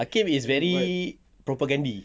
hakim is very propagandhi